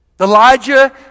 Elijah